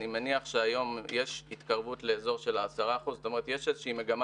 אני הייתי חבר בזמנו